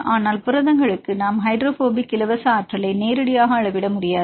ஆனால் புரதங்களுக்கு நாம் ஹைட்ரோபோபிக் இலவச ஆற்றலை நேரடியாக அளவிட முடியாது